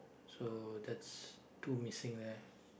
so that's two missing there